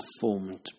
formed